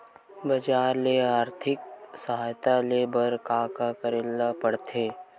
बजार ले आर्थिक सहायता ले बर का का करे ल पड़थे?